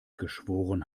geschworen